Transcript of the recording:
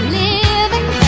living